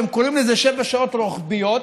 הם קוראים לזה שבע שעות רוחביות,